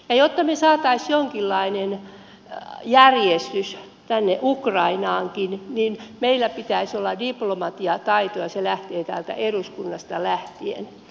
jotta saataisiin jonkinlainen järjestys ukrainaankin niin meillä pitäisi olla diplomatiataitoja aina täältä eduskunnasta lähtien